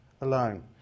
alone